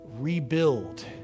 rebuild